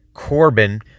Corbin